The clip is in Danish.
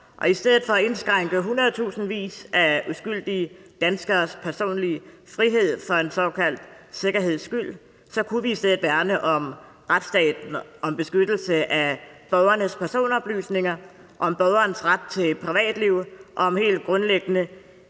i stedet for at indskrænke hundredtusindvis af uskyldige danskeres personlige frihed for en såkaldt sikkerheds skyld kunne vi jo værne om retsstaten, om beskyttelsen af borgernes personoplysninger og borgernes ret til privatliv og om helt grundlæggende